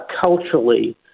culturally